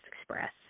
express